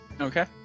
Okay